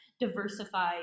diversify